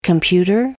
Computer